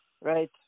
right